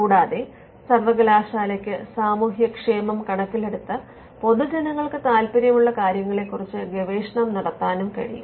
കൂടാതെ സർവ്വകലാശാലയ്ക്ക് സാമൂഹ്യക്ഷേമം കണക്കിലെടുത്ത് പൊതുജനങ്ങൾക്ക് താൽപ്പര്യമുള്ള കാര്യങ്ങളെക്കുറിച്ച് ഗവേഷണം നടത്താനും കഴിയും